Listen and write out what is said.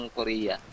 Korea